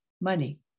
money